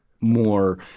more